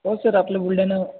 हो सर आपलं बुलढाणा